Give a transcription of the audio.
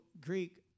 Greek